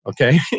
okay